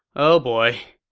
oh boy.